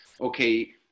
okay